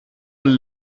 een